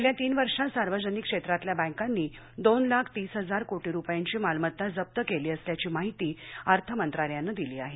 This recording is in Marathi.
गेल्या तीन वर्षात सार्वजनिक क्षेत्रातल्या बँकांनी दोन लाख तीस हजार कोटी रुपयांची मालमत्ता जप्त केली असल्याची माहिती अर्थ मंत्रालयानं दिली आहे